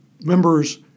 members